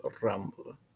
Rumble